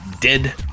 dead